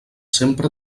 sempre